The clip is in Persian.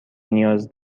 نیاز